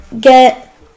get